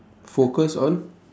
focus on